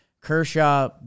Kershaw